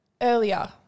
earlier